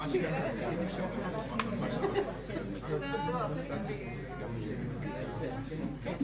12:45.